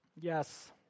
Yes